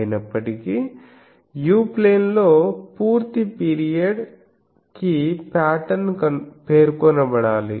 అయినప్పటికీ u ప్లేన్లో పూర్తి పీరియడ్ కి పాటర్న్ పేర్కొనబడాలి